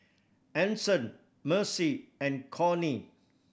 Anson Mercy and Conner